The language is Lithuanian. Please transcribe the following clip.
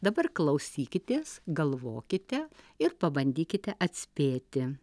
dabar klausykitės galvokite ir pabandykite atspėti